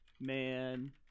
Man